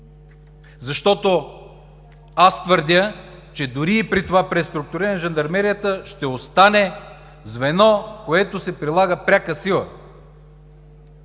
защото твърдя, че дори и при това преструктуриране Жандармерията ще остане звено, в което се прилага пряка сила,